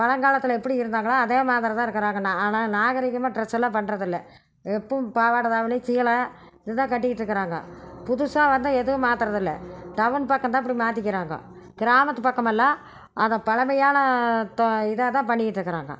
பழங்காலத்தில் எப்படி இருந்தாங்களோ அதேமாதிரிதான் இருக்குறாங்க ஆனால் நாகரிகமாக ட்ரெஸ்லாம் பண்ணுறதில்ல எப்பவும் பாவாட தாவணி சீலை இதுதான் கட்டிக்கிட்டு இருக்குறாங்க புதுசாக வந்து எதுவும் மாத்துறதில்லை டவுன் பக்கத்தான் இப்படி மாற்றிக்கிறாங்கோ கிராமத்துப் பக்கமெல்லாம் அதை பழமையான தொ இதாகதான் பண்ணிக்கிட்டு இருக்குறாங்க